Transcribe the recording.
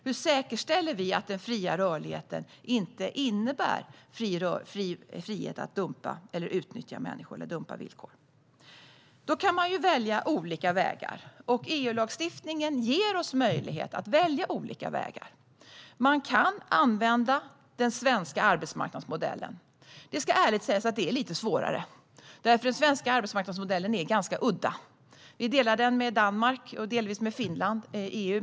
Hur säkerställer vi att den fria rörligheten inte innebär frihet att dumpa villkor eller utnyttja människor? Då kan man välja olika vägar. EU-lagstiftningen ger oss möjlighet att välja olika vägar. Man kan använda den svenska arbetsmarknadsmodellen. Det ska ärligt sägas att det är lite svårare, eftersom den svenska arbetsmarknadsmodellen är ganska udda. Vi delar den med Danmark och delvis med Finland i EU.